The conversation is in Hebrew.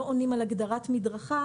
לא עונים על הגדרת מדרכה.